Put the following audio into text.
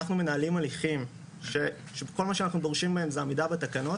אנחנו מנהלים הליכים שכל מה שאנחנו דורשים בהם זה עמידה בתקנות